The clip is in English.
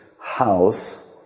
house